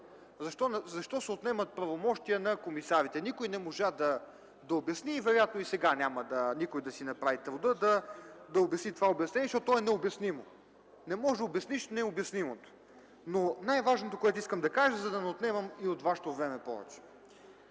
защо се отнемат правомощия на комисарите. Никой не можа да обясни и вероятно и сега никой няма да си направи труда да направи това обяснение, защото то е необяснимо. Не можеш да обясниш необяснимото, но най-важното, което искам да кажа, за да не отнемам повече и от Вашето време, е, че